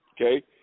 okay